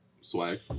swag